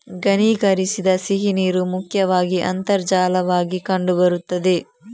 ಘನೀಕರಿಸದ ಸಿಹಿನೀರು ಮುಖ್ಯವಾಗಿ ಅಂತರ್ಜಲವಾಗಿ ಕಂಡು ಬರುತ್ತದೆ